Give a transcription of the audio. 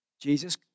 Jesus